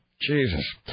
Jesus